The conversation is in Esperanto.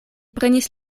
prenis